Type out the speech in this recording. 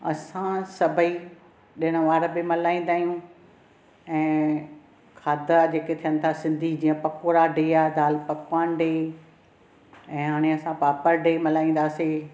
असां सभेई ॾिण वार बि मल्हाईंदा आहियूं ऐं खाधा जेके थियनि था जीअं पकोड़ा डे आ दाल पकवान डे ऐं हाणे असां पापड़ डे बि मल्हाईंदासीं